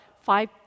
five